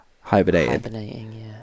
hibernating